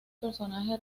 personaje